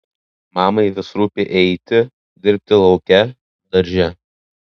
mamai vis rūpi eiti dirbti lauke darže